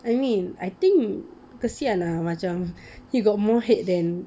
I mean I think kesian ah macam he got more hate than